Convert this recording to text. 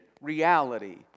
reality